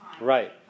Right